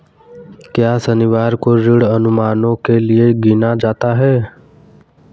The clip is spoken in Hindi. क्या शनिवार को ऋण अनुमानों के लिए गिना जाता है?